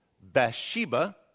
Bathsheba